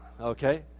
okay